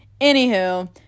anywho